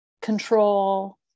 control